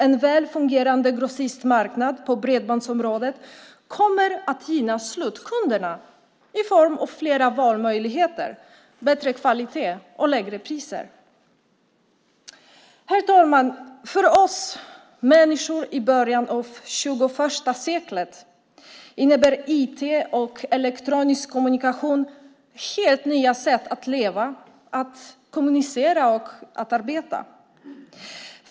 En väl fungerande grossistmarknad på bredbandsområdet kommer att gynna slutkunderna i form av fler valmöjligheter, bättre kvalitet och lägre priser. Herr talman! För oss människor i början av tjugoförsta seklet innebär IT och elektronisk kommunikation helt nya sätt att leva, kommunicera och arbeta.